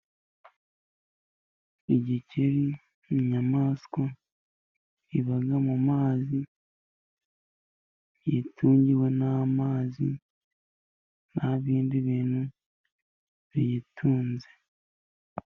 Igikeri ni inyamaswa iba mu mazi. Yitungiwe n'amazi nta bindi bintu biyitunze.